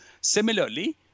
Similarly